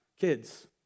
kids